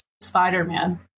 Spider-Man